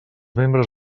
membres